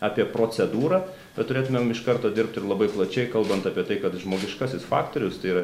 apie procedūrą bet turėtumėm iš karto dirbt ir labai plačiai kalbant apie tai kad žmogiškasis faktorius tai yra